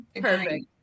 Perfect